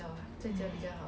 don't have meh